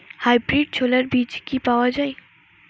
Hybrid ছোলার বীজ কি পাওয়া য়ায়?